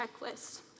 checklist